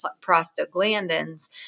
prostaglandins